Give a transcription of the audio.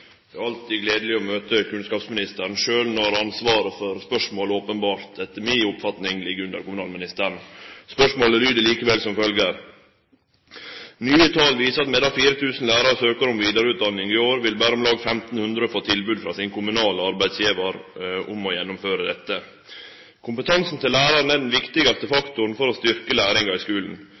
Det er alltid gledeleg å møte kunnskapsministeren, sjølv når ansvaret for å svare på spørsmålet etter mi oppfatning openbert ligg hos kommunalministeren. Spørsmålet lyder likevel slik: «Nye tal viser at medan 4 000 lærarar søkjer om vidareutdanning i år, vil berre om lag 1 500 få tilbod frå sin kommunale arbeidsgjevar om å gjennomføre dette. Kompetansen til læraren er den viktigaste faktoren for å styrkje læringa i skulen.